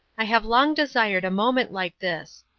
i have long desired a moment like this.